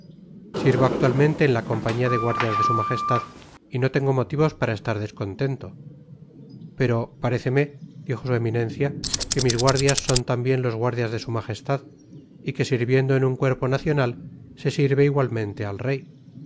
sirvo actualmente en la compañía de guardias de su majestad y no tengo motivos para estar descontento pero paréceme dijo su eminencia que mis guardias son tambien los guardias de su majestad y que sirviendo en un cuerpo nacional se sirve igualmente al rey